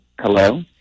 Hello